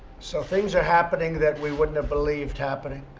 so things are happening that we wouldn't have believed happening,